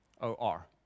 O-R